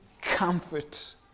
comfort